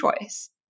choice